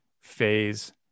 phase